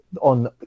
on